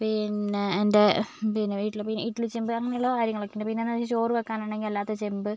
പിന്നെ എൻ്റെ പിന്നെ വീട്ടില് ഇപ്പോൾ ഇഡലിച്ചെമ്പ് അങ്ങനെയുള്ള കാര്യങ്ങളൊക്കെയുണ്ട് പിന്നെന്ന് ചോറ് വെക്കാനാണെങ്കിൽ അല്ലാത്ത ചെമ്പ്